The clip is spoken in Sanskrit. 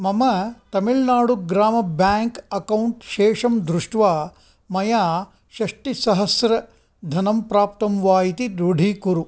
मम तमिल्नाडु ग्राम बेङ्क् अक्कौण्ट् शेषं दृष्ट्वा मया षष्ठिसहस्रधनं प्राप्तं वा इति दृढीकुरु